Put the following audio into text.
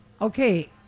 Okay